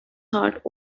heart